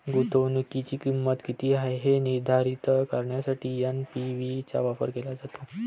गुंतवणुकीची किंमत किती आहे हे निर्धारित करण्यासाठी एन.पी.वी चा वापर केला जातो